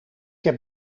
heb